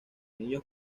niños